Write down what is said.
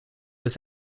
des